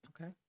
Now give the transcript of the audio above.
Okay